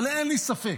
אבל אין לי ספק,